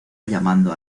llamando